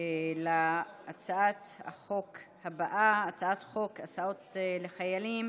להצעת החוק הבאה: הצעת חוק הסעות לחיילים,